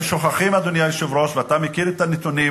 הם שוכחים, אדוני היושב-ראש, ואתה מכיר את הנתונים